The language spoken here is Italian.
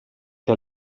che